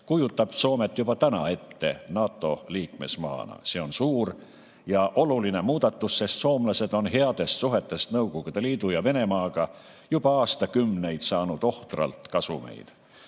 kujutab Soomet juba täna ette NATO liikmesmaana. See on suur ja oluline muudatus, sest soomlased on saanud headest suhetest Nõukogude Liidu ja Venemaaga juba aastakümneid ohtralt kasumit.